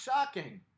shocking